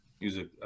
Music